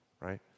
right